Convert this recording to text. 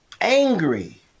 angry